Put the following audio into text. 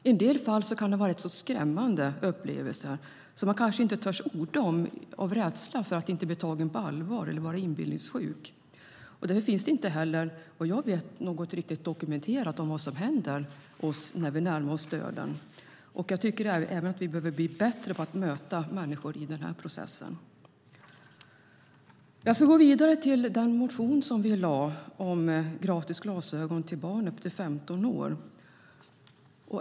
I en del fall kan det vara rätt skrämmande upplevelser som man kanske inte törs orda om av rädsla för att inte bli tagen på allvar eller antas vara inbillningssjuk. Därför finns inte heller, vad jag vet, något riktigt dokumenterat om vad som händer med oss när vi närmar oss döden. Jag tycker även att vi behöver bli bättre på att möta människor i den processen. Jag ska gå vidare till den motion vi har väckt om gratis glasögon för barn upp till 15 år.